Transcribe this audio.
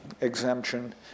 exemption